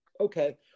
Okay